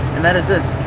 and that is this.